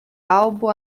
álbum